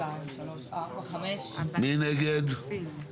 5 נגד, 7 נמנעים,